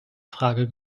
frage